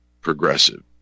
progressive